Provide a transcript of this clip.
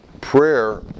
Prayer